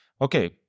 Okay